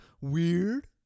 weird